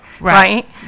right